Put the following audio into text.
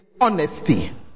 honesty